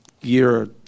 year